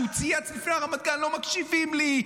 שהוא צייץ לפני הרמדאן: לא מקשיבים לי,